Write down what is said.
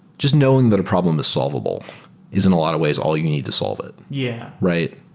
just knowing that a problem is solvable is in a lot of ways all you need to solve it, yeah right?